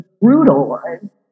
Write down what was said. brutal